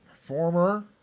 former